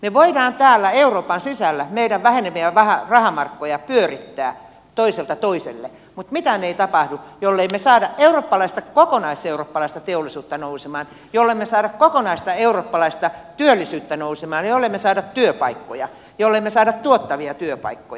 me voimme täällä euroopan sisällä meidän väheneviä rahamarkkoja pyörittää toiselta toiselle mutta mitään ei tapahdu jollemme me saa kokonaiseurooppalaista teollisuutta nousemaan jollemme me saa kokonaista eurooppalaista työllisyyttä nousemaan jollemme me saa työpaikkoja jollemme me saa tuottavia työpaikkoja